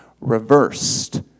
reversed